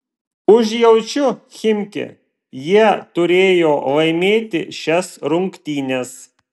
užjaučiu chimki jie turėjo laimėti šias rungtynes